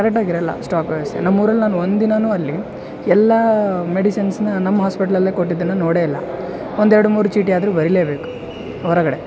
ಕರೆಕ್ಟಾಗಿ ಇರೋಲ್ಲ ಸ್ಟಾಕ್ ಸಹ ನಮ್ಮ ಊರಲ್ಲಿ ನಾನು ಒಂದು ದಿನವೂ ಅಲ್ಲಿ ಎಲ್ಲ ಮೆಡಿಸಿನ್ಸ್ನ ನಮ್ಮ ಹಾಸ್ಪಿಟ್ಲಲ್ಲೇ ಕೊಟ್ಟಿದ್ದನ್ನು ನೋಡೇ ಇಲ್ಲ ಒಂದೆರಡು ಮೂರು ಚೀಟಿ ಆದ್ರೂ ಬರಿಲೇಬೇಕು ಹೊರಗಡೆ